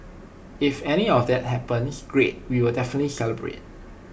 if any of that happens great we will definitely celebrate